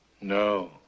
No